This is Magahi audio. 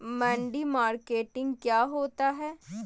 मंडी मार्केटिंग क्या होता है?